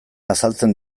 azaltzen